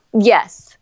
Yes